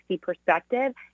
perspective